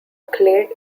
clade